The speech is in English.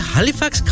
Halifax